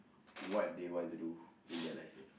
what they want to do in their life